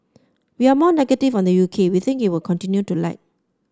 we are more negative on the U K we think it will continue to lag